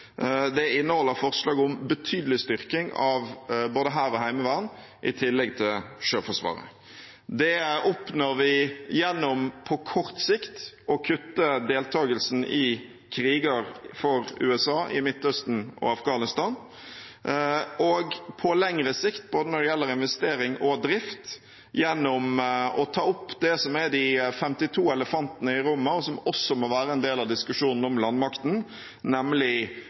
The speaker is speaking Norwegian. forslag om en betydelig styrking av både Hæren og Heimevernet i tillegg til Sjøforsvaret. Det oppnår vi gjennom på kort sikt å kutte deltakelsen i kriger for USA i Midtøsten og i Afghanistan, og på lengre sikt, både når det gjelder investering og drift, gjennom å ta opp det som er de 52 elefantene i rommet, og som også må være en del av diskusjonen om landmakten, nemlig